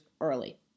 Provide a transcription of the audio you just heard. early